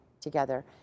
together